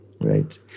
right